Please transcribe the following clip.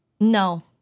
no